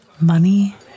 Money